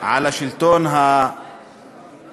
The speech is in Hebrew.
על השלטון המרכזי,